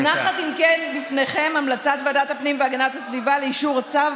מונחת בפניכם המלצת ועדת הפנים והגנת הסביבה לאישור הצו,